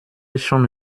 schon